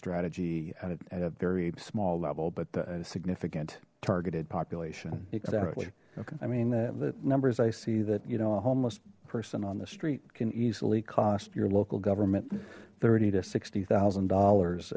strategy at a very small level but a significant targeted population exactly okay i mean the numbers i see that you know a homeless person on the street can easily cost your local government thirty to sixty thousand dollars